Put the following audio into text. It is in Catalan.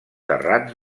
terrats